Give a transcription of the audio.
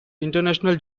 international